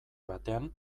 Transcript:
batean